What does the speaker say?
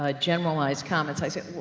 ah generalized comments i say, well,